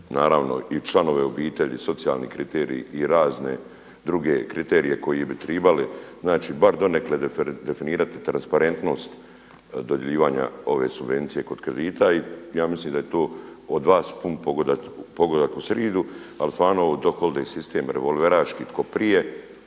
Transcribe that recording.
naravno i članove obitelji, socijalni kriterij i razne druge kriterije koji bi tribali, znači bar donekle definirati transparentnost dodjeljivanja ove subvencije kod kredita. I ja mislim da je to od vas pun pogodak u sridu. Ali stvarno ovo …/Govornik se ne razumije./… sistem revolveraški tko prije.